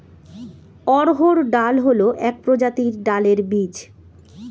অড়হর ডাল হল এক প্রজাতির ডালের বীজ